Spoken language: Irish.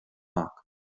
mac